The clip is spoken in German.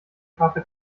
scharfe